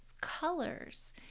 colors